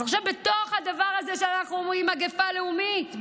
בתוך הדבר הזה שבו אנחנו אומרים שיש מגפה לאומית,